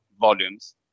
volumes